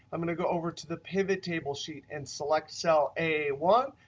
i'm going to go over to the pivot table sheet and select cell a one.